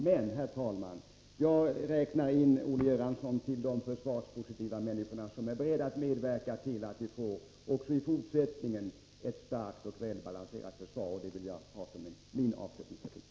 Men, herr talman, jag räknar in Olle Göransson bland de försvarspositiva människor som är beredda att medverka till att vi även i fortsättningen får ett starkt och välbalanserat försvar. Detta är min avslutningsreplik.